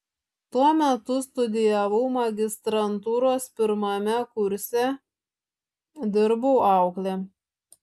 tuo metu studijavau magistrantūros pirmame kurse dirbau aukle